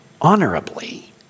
honorably